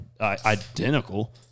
identical